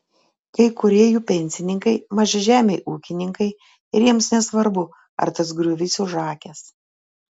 kai kurie jų pensininkai mažažemiai ūkininkai ir jiems nesvarbu ar tas griovys užakęs